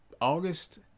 august